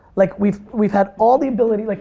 like we've we've had all the ability, like